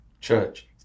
Church